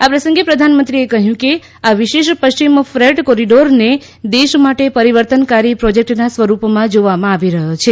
આ પ્રસંગે પ્રધાનમંત્રીએ કહ્યું કે આ વિશેષ પશ્વિમ ફ્રેટ કોરિડોરને દેશ માટે પરિવર્તનકારી પ્રોજેક્ટના સ્વરૂપમાં જોવામાં આવી રહ્યો છે